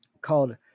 called